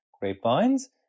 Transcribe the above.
grapevines